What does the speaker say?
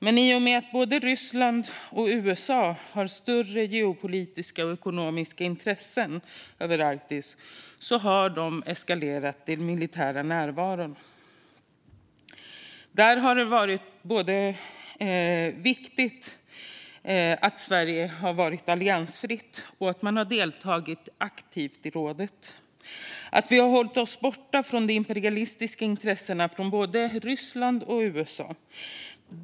Men i och med att både Ryssland och USA har större geopolitiska och ekonomiska intressen i Arktis har de eskalerat den militära närvaron. Då har det varit viktigt att Sverige har varit alliansfritt, att vi har deltagit aktivt i rådet och att vi har hållit oss borta från de imperialistiska intressena från både Ryssland och USA.